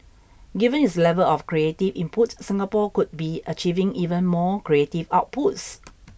given its level of creative input Singapore could be achieving even more creative outputs